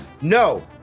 No